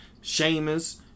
Sheamus